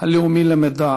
הלאומי למדע.